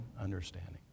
understanding